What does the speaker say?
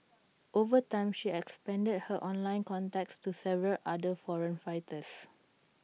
over time she expanded her online contacts to several other foreign fighters